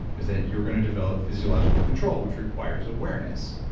is that you're going to develop physiological control, which requires awareness.